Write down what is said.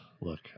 Look